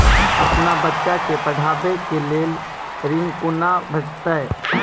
अपन बच्चा के पढाबै के लेल ऋण कुना भेंटते?